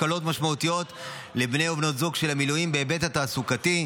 הקלות משמעותיות לבני ובנות זוג של המילואים בהיבט התעסוקתי,